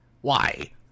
Why